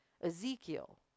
Ezekiel